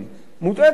מוטעית לחלוטין.